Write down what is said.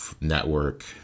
network